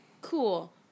Cool